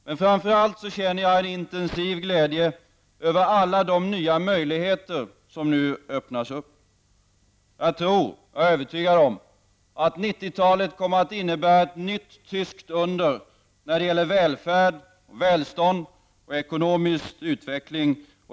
Men framför allt känner jag en intensiv glädje över alla de nya möjligheter som nu öppnas. Jag tror att 90-talet kommer att innebära ett nytt tyskt under när det gäller välfärd, välstånd och ekonomisk utveckling.